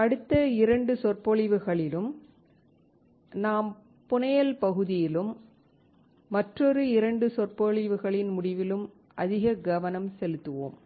அடுத்த 2 சொற்பொழிவுகளில் நாம் புனையல் பகுதியிலும் மற்றொரு 2 சொற்பொழிவுகளின் முடிவிலும் அதிக கவனம் செலுத்துவோம்